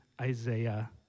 Isaiah